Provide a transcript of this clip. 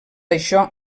això